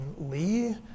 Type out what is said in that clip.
Lee